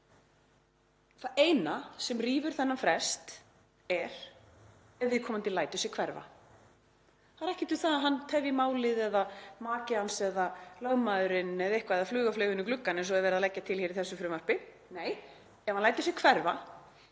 Það eina sem rýfur þennan frest er ef viðkomandi lætur sig hverfa. Það er ekkert um það að hann tefji málið eða maki hans eða lögmaðurinn eða eitthvað eða að fluga flaug inn um gluggann, eins og er verið að leggja til í þessu frumvarpi. Nei, ef hann lætur sig hverfa